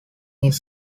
his